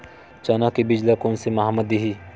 चना के बीज ल कोन से माह म दीही?